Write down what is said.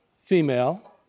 female